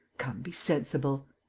come, be sensible.